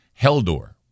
Heldor